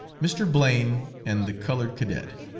mr. blaine and the colored cadet.